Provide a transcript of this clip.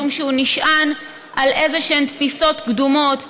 משום שהוא נשען על תפיסות קדומות,